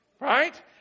Right